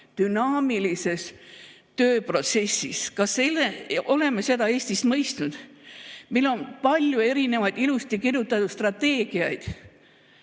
dünaamilises tööprotsessis. Oleme seda Eestis mõistnud. Meil on palju erinevaid, ilusti kirjutatud strateegiaid.